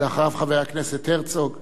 ולאחריו, חבר הכנסת הרצוג.